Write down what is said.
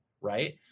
right